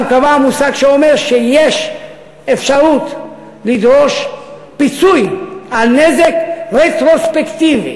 אבל הוא קבע מושג שאומר שיש אפשרות לדרוש פיצוי על נזק רטרוספקטיבי.